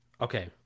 Okay